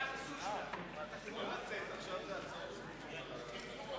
ההצעה להעביר את הנושא לוועדת החוץ והביטחון נתקבלה.